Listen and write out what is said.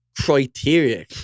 criteria